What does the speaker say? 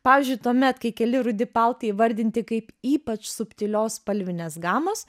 pavyzdžiui tuomet kai keli rudi paltai įvardinti kaip ypač subtilios spalvinės gamos